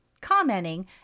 commenting